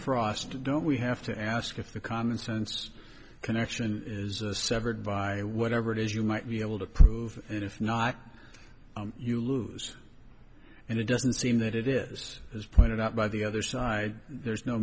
frost don't we have to ask if the common sense connection is a severed by whatever it is you might be able to prove it if not you lose and it doesn't seem that it is as pointed out by the other side there's no